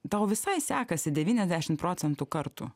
tau visai sekasi devyniasdešim procentų kartų